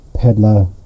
Peddler